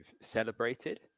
celebrated